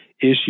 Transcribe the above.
issue